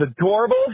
adorable